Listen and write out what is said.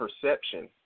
perception